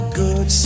good